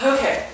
Okay